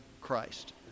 Christ